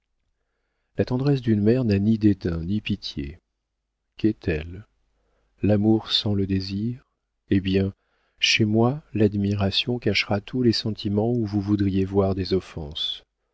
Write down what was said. la tendresse d'une mère n'a ni dédain ni pitié qu'est-elle l'amour sans le désir eh bien chez moi l'admiration cachera tous les sentiments où vous voudriez voir des offenses